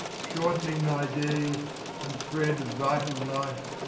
shortening my days and thread of vital life,